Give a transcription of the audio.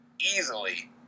easily